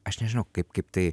aš nežinau kaip kaip tai